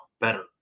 better